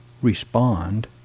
respond